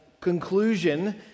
conclusion